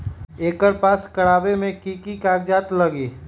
एकर पास करवावे मे की की कागज लगी?